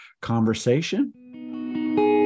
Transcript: conversation